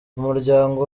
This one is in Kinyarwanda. umuryango